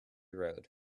road